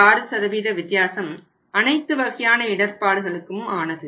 6 வித்தியாசம் அனைத்து வகையான இடர்பாடுகளுக்குமானது